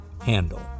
handle